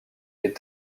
est